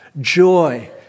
joy